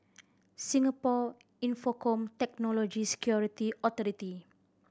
Singapore Infocomm Technology Security Authority